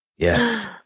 Yes